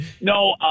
no